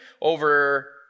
over